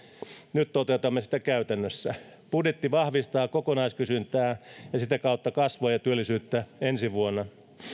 nyt toteutamme sitä käytännössä budjetti vahvistaa kokonaiskysyntää ja sitä kautta kasvua ja työllisyyttä ensi vuonna